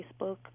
Facebook